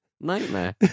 Nightmare